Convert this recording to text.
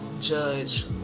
judge